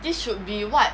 this should be what